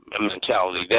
mentality